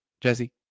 Jesse